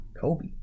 Kobe